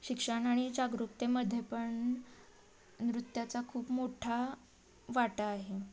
शिक्षण आणि जागरूकतेमध्ये पण नृत्याचा खूप मोठा वाटा आहे